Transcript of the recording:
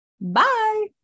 Bye